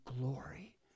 glory